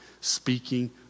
speaking